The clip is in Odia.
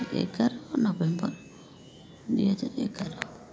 ଏଗାର ନଭେମ୍ବର ଦୁଇହଜାର ଏଗାର